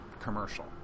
commercial